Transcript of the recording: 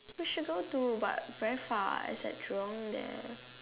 we should go do but very far is at Jurong there